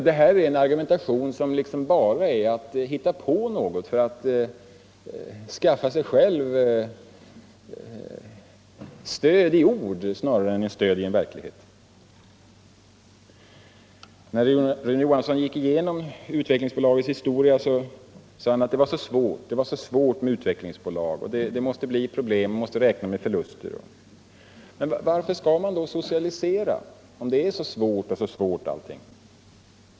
Denna argumentation går liksom bara ut på att hitta på någonting för att man därmed skall skaffa sig själv stöd i ord snarare än stöd i en verklighet. När Rune Johansson gick igenom Utvecklingsbolagets historia sade han att det var så svårt med utvecklingsbolag, det måste bli problem och man måste räkna med förluster. Varför skall man då socialisera, om det är så svårt?